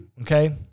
okay